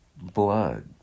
blood